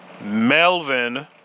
Melvin